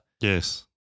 Yes